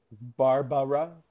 Barbara